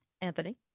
anthony